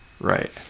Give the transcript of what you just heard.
Right